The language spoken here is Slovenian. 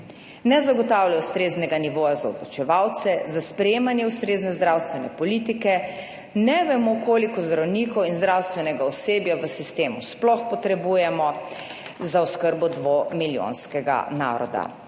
ne zagotavljajo ustreznega nivoja za odločevalce za sprejemanje ustrezne zdravstvene politike, ne vemo, koliko zdravnikov in zdravstvenega osebja v sistemu sploh potrebujemo za oskrbo dvomilijonskega naroda.